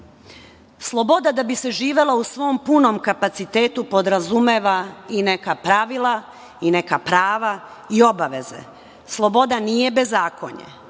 Sloboda da bi se živela u svom punom kapacitetu podrazumeva i neka pravila i neka prava i obaveze. Sloboda nije bezakonje.